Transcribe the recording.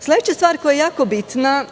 Sledeća stvar koja je jako bitna